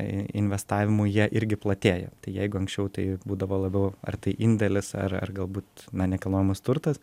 investavimui jie irgi platėja tai jeigu anksčiau tai būdavo labiau ar tai indėlis ar ar galbūt na nekilnojamas turtas